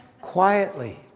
Quietly